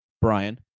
Brian